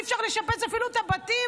אי-אפשר אפילו לשפץ את הבתים,